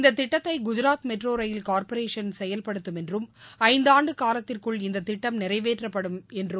இந்த திட்டத்தை Gujarat metro rail corporation செயல்படுத்தும் என்றும் ஐந்தாண்டு காலத்திற்குள் இந்த திட்டம் நிறைவேற்றப்படும் என்றும் தெரிவிக்கப்பட்டுள்ளது